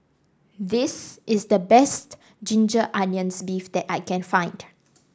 this is the best Ginger Onions beef that I can find